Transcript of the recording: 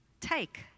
take